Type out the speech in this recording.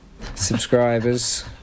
subscribers